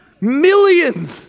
millions